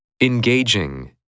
Engaging